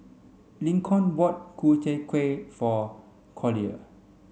Lincoln bought Ku Chai Kuih for Collier